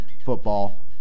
Football